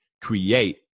create